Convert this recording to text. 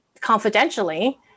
confidentially